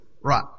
Right